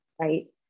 right